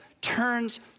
turns